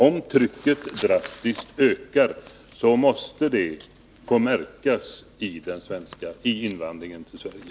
Om trycket drastiskt ökar måste det få märkas i invandringen till Sverige.